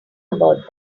about